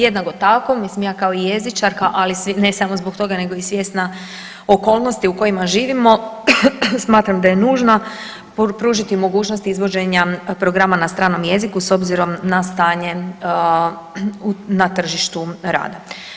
Jednako tako, mislim ja kao i jezičarka, ali ne samo zbog toga nego i svjesna okolnosti u kojima živimo smatram da je nužno pružiti mogućnost izvođenja programa na stranom jeziku s obzirom na stanje na tržištu rada.